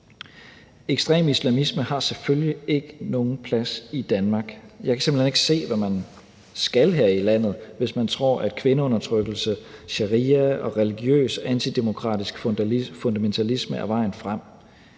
Ekstrem islamisme har selvfølgelig ikke nogen plads i Danmark. Jeg kan simpelt hen ikke se, hvad man skal her i landet, hvis man tror, at kvindeundertrykkelse, sharia og religiøs antidemokratisk fundamentalisme er vejen frem.